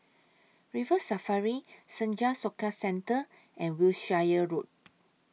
River Safari Senja Soka Centre and Wiltshire Road